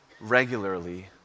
regularly